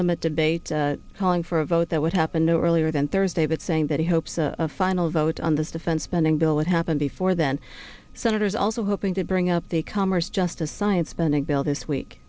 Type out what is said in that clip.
limit debate calling for a vote that would happen earlier than thursday that saying that he hopes a final vote on this defense spending bill would happen before then senators are also hoping to bring up the commerce justice science spending bill this week